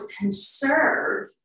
conserve